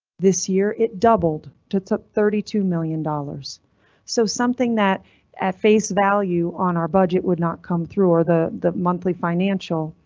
this year it doubled puts up thirty two million dollars so something that at face value on our budget would not come through, or the the monthly financial.